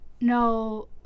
no